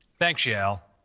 thanks, yael.